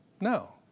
No